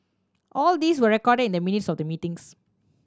all these were recorded in the minutes of the meetings